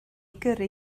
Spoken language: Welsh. gyrru